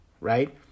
right